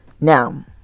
now